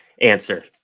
answer